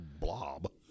blob